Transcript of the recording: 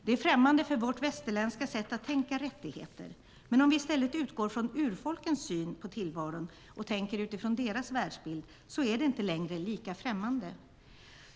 Det är främmande för vårt västerländska sätt att tänka på rättigheter, men om vi i stället utgår från urfolkens syn på tillvaron och deras världsbild är det inte längre lika främmande.